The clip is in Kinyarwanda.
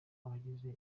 abagize